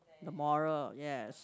the moral yes